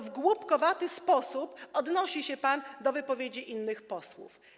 W głupkowaty sposób odnosi się pan do wypowiedzi innych posłów.